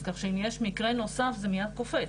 אז כך שאם יש מקרה נוסף, זה מיד קופץ.